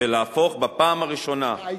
ולהפוך בפעם הראשונה, חוק ה-DTT,